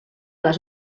les